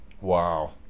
Wow